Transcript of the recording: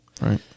Right